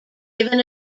given